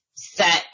set